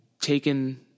taken